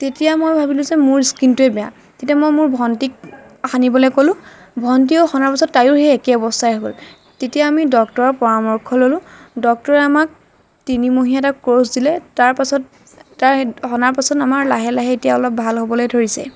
তেতিয়া মই ভাবিলোঁ যে মোৰ স্কিণটোৱেই বেয়া তেতিয়া মই মোৰ ভণ্টিক সানিবলৈ ক'লোঁ ভণ্টিয়েও সনাৰ পিছত তাইৰো সেই একেই অৱস্থা হ'ল তেতিয়া আমি ডক্টৰৰ পৰামৰ্শ ল'লোঁ ডক্টৰে আমাক তিনিমহীয়া এটা কৰ্চ দিলে তাৰ পাছত তাৰ এই সনাৰ পাছত আমাৰ লাহে লাহে এতিয়া অলপ ভাল হ'বলৈ ধৰিছে